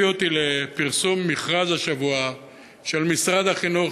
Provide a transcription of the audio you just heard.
מביא אותי לפרסום מכרז השבוע של משרד החינוך,